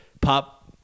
Pop